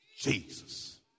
Jesus